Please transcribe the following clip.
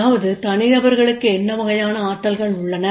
அதாவது தனிநபர்களுக்கு என்ன வகையான ஆற்றல்கள் உள்ளன